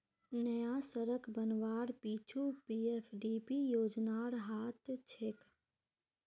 नया सड़क बनवार पीछू पीएफडीपी योजनार हाथ छेक